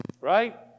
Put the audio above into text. Right